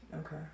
Okay